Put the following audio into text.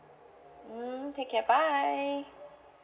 mm take care bye